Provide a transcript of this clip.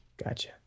gotcha